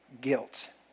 guilt